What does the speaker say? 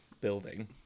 building